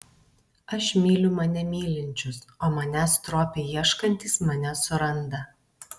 aš myliu mane mylinčius o manęs stropiai ieškantys mane suranda